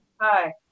Hi